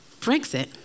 Brexit